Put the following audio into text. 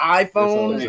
iPhone